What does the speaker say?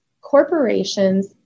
Corporations